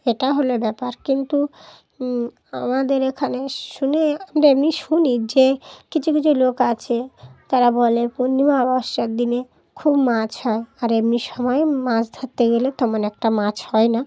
এটা হলে ব্যাপার কিন্তু আমাদের এখানে শুনে আমরা এমনি শুনি যে কিছু কিছু লোক আছে তারা বলে পূর্ণিমা অমবস্যার দিনে খুব মাছ হয় আর এমনি সময় মাছ ধরতে গেলে তেমন একটা মাছ হয় না